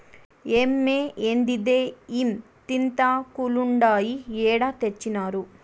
ఏమ్మే, ఏందిదే ఇంతింతాకులుండాయి ఏడ తెచ్చినారు